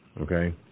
Okay